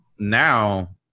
Now